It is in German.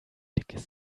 dickes